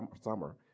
summer